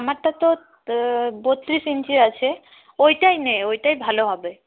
আমারটা তো বত্রিশ ইঞ্চি আছে ওইটাই নে ওইটাই ভালো হবে